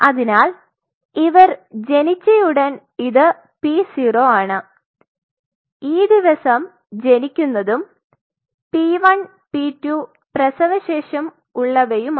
അതിനാൽ ഇവർ ജനിച്ചയുടൻ ഇത് p 0 ആണ് ഈ ദിവസം ജനിക്കുന്നതും p 1 p 2 പ്രസവശേഷം ഉള്ളവായുമാണ്